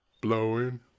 blowing